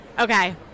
Okay